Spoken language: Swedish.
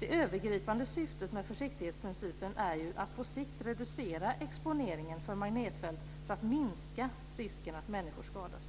Det övergripande syftet med försiktighetsprincipen är ju att på sikt reducera exponeringen för magnetfält för att minska risken för att människor skadas.